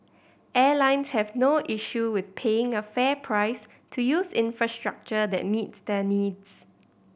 airlines have no issue with paying a fair price to use infrastructure that meets their needs